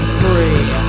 free